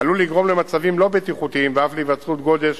עלול לגרום למצבים לא בטיחותיים ואף להיווצרות גודש